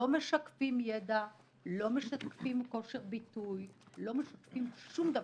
לא משקפים כושר ביטוי ולא משקפים שום דבר.